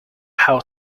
how